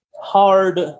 hard